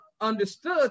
understood